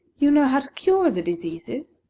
you know how to cure the diseases?